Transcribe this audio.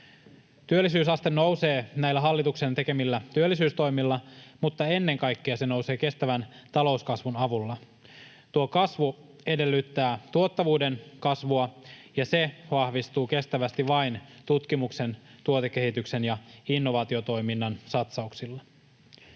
Työllisyysaste nousee näillä hallituksen tekemillä työllisyystoimilla, mutta ennen kaikkea se nousee kestävän talouskasvun avulla. Tuo kasvu edellyttää tuottavuuden kasvua, ja se vahvistuu kestävästi vain tutkimuksen, tuotekehityksen ja innovaatiotoiminnan satsauksilla.